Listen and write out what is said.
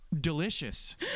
delicious